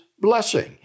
blessing